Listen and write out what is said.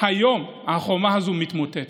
היום החומה הזאת מתמוטטת.